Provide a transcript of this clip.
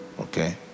okay